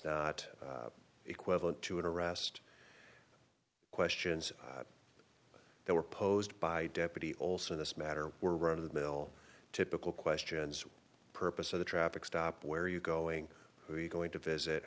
not equivalent to an arrest questions that were posed by deputy olson this matter were run of the mill typical questions purpose of the traffic stop where are you going to be going to visit